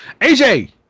AJ